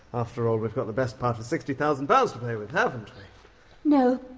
after all, we've got the best part of sixty thousand pounds to play with, haven't you know